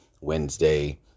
Wednesday